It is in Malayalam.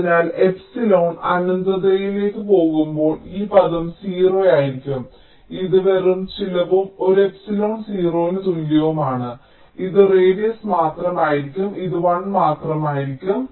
അതിനാൽ എപ്സിലോൺ അനന്തതയിലേക്ക് പോകുമ്പോൾ ഈ പദം 0 ആയിരിക്കും ഇത് വെറും ചിലവും ഒരു എപ്സിലോൺ 0 ന് തുല്യവുമാണ് ഇത് റേഡിയസ് മാത്രമായിരിക്കും ഇത് 1 മാത്രമായിരിക്കും